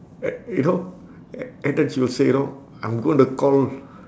a~ you know a~ and then she'll say you know I'm going to call